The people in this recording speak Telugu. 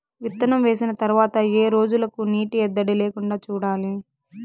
విత్తనం వేసిన తర్వాత ఏ రోజులకు నీటి ఎద్దడి లేకుండా చూడాలి?